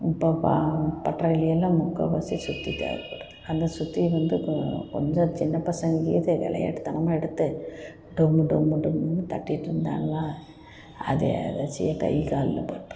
இப்போ பாவம் பட்டறையில் எல்லாம் முக்கால்வாசி சுத்தி தேவைப்படுது அந்த சுத்தியலை வந்து இப்போ கொஞ்சம் சின்ன பசங்க ஏதோ விளையாட்டுத்தனமா எடுத்து டொம் டொம் டொம்முன்னு தட்டிட்டுருந்தாங்கனா அது எதர்ச்சியாக கை காலில் பட்டுருது